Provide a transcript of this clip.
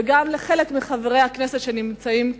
וגם לחלק מחברי הכנסת שנמצאים כאן,